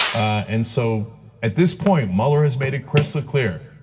and so at this point, mueller has made it crystal clear.